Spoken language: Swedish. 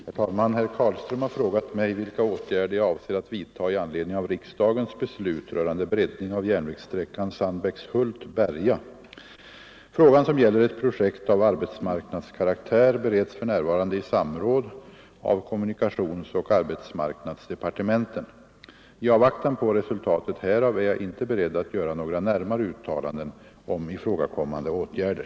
Herr talman! Herr Carlström har frågat mig vilka åtgärder jag avser att vidta i anledning av riksdagens beslut rörande breddning av järnvägssträckan Sandbäckshult-Berga. Frågan — som gäller ett projekt av arbetsmarknadskaraktär — bereds för närvarande i samråd av kommunikationsoch arbetsmarknadsdepartementen. I avvaktan på resultatet härav är jag inte beredd att göra några närmare uttalanden om ifrågakommande åtgärder.